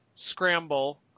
Scramble